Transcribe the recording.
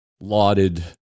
lauded